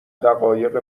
دقایق